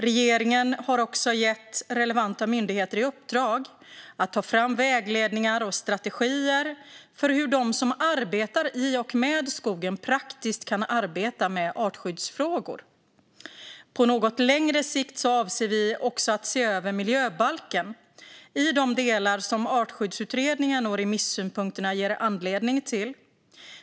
Regeringen har också gett relevanta myndigheter i uppdrag att ta fram vägledningar och strategier för hur de som jobbar i och med skogen praktiskt kan arbeta med artskyddsfrågor. På något längre sikt avser vi också att se över miljöbalken i de delar som Artskyddsutredningen och remissynpunkterna ger anledning till.